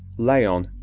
leon,